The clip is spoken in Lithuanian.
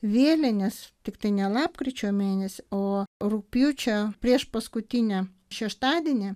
vėlinės tiktai ne lapkričio mėnesį o rugpjūčio priešpaskutinį šeštadienį